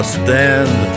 stand